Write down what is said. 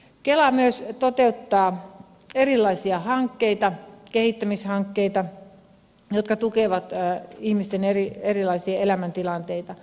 kela myös toteuttaa erilaisia hankkeita kehittämishankkeita jotka tukevat ihmisten erilaisia elämäntilanteita